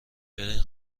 برین